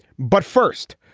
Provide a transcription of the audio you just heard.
but first,